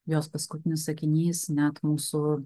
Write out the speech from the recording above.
jos paskutinis sakinys net mūsų